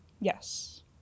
Yes